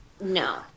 no